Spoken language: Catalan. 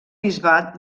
bisbat